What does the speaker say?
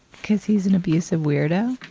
cause he's an abusive weirdo.